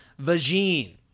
vagine